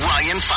Ryan